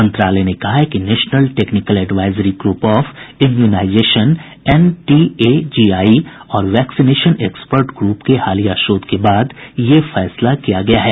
मंत्रालय ने कहा है कि national technical advisory group of immunisation N T A G I और वैक्सीनेशन एक्सपर्ट ग्रुप के हालिया शोध के बाद यह फैसला किया गया है